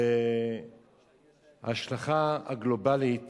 וההשלכה הגלובלית